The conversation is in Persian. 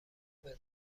بزن